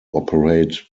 operate